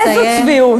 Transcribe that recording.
איזו צביעות.